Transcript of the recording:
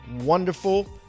wonderful